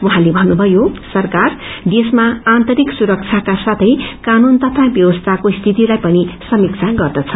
उहाँले भन्नुभयो सरकार देशमा आंतरिक सुरक्षाका साथ साथ कानून तथा व्यवसीको स्थितिलाई पनि समीक्षा गर्दछ